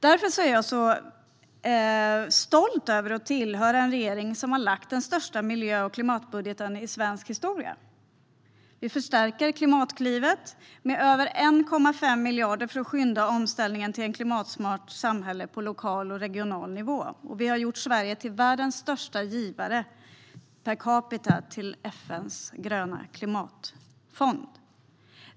Därför är jag stolt över att höra till en regering som har lagt fram den största miljö och klimatbudgeten i svensk historia. Vi förstärker Klimatklivet med över 1,5 miljarder för att påskynda omställningen till ett klimatsmart samhälle på lokal och regional nivå. Vi har gjort Sverige till världens största givare per capita till FN:s gröna klimatfond.